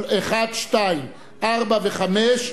4 ו-5,